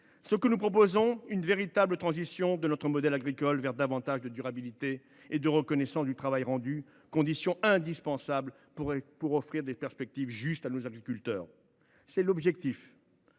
Nous proposons une véritable transition de notre modèle agricole vers davantage de durabilité et de reconnaissance du travail rendu, conditions indispensables pour offrir des perspectives justes à nos agriculteurs. C’est bien